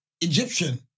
Egyptian